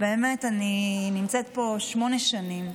נמצאת פה שמונה שנים,